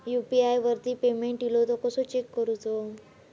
UPI वरती payment इलो तो कसो चेक करुचो?